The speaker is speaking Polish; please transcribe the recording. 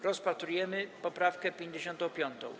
Rozpatrujemy poprawkę 55.